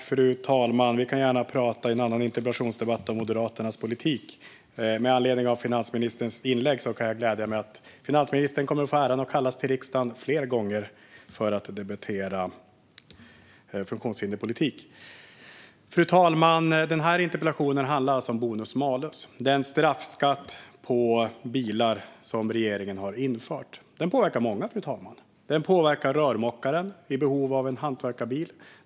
Fru talman! Vi kan gärna prata om Moderaternas politik i en annan interpellationsdebatt. Med anledning av finansministerns inlägg kan jag glädja henne med att hon kommer att få äran att kallas till riksdagen fler gånger för att debattera funktionshinderspolitik. Fru talman! Denna interpellation handlar om bonus malus, den straffskatt på bilar som regeringen har infört. Den påverkar många, fru talman. Den påverkar rörmokaren som är i behov en hantverkarbil.